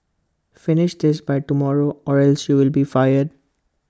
finish this by tomorrow or else you'll be fired